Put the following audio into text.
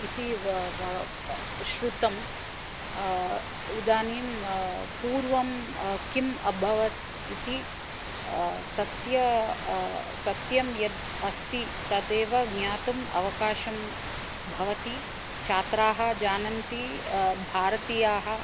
इति व व श्रुतम् इदानीं पूर्वं किम् अभवत् इति सत्यं सत्यं यद् अस्ति तदेव ज्ञातुम् अवकाशं भवति छात्राः जानन्ति भारतीयाः